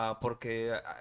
Porque